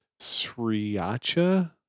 Sriacha